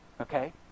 Okay